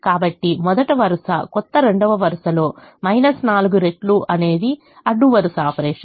కాబట్టి మొదటి వరుస కొత్త రెండవ వరుసలో 4 రెట్లు అనేది అడ్డువరుస ఆపరేషన్